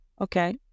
Okay